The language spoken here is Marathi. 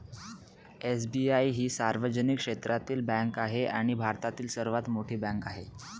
एस.बी.आई ही सार्वजनिक क्षेत्रातील बँक आहे आणि भारतातील सर्वात मोठी बँक आहे